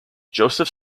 josef